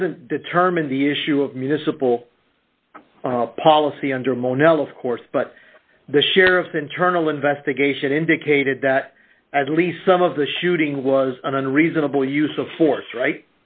doesn't determine the issue of municipal policy under more now of course but the share of the internal investigation indicated that at least some of the shooting was an unreasonable use of force right